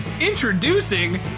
introducing